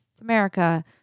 America